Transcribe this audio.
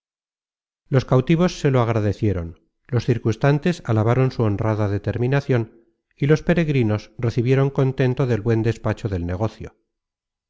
los cautivos se lo agradecieron los circunstantes alabaron su honrada determinacion y los peregrinos recibieron contento del buen despacho del negocio